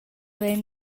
havein